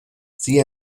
sie